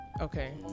Okay